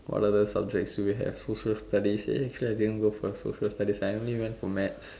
what other subjects do you have social studies eh actually I never went for social studies I only went for maths